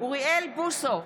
אוריאל בוסו,